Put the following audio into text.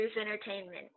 Entertainment